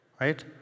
Right